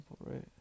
Right